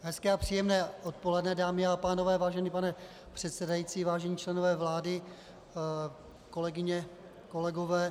Hezké a příjemné odpoledne, dámy a pánové, vážený pane předsedající, vážení členové vlády, kolegyně, kolegové.